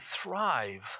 thrive